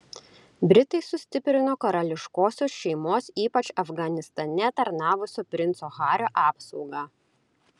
britai sustiprino karališkosios šeimos ypač afganistane tarnavusio princo hario apsaugą